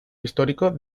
histórico